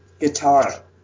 guitar